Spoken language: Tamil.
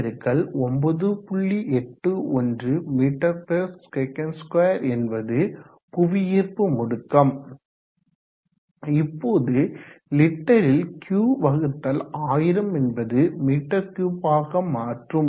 81 ms2என்பது புவியீர்ப்பு முடுக்கம் இப்போது லிட்டரில் Q வகுத்தல் 1000 என்பது மீ3 ஆக மாற்றும்